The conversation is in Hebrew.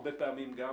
הרבה פעמים גם